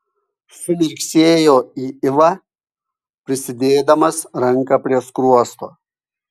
sumirksėjo į ivą prisidėdamas ranką prie skruosto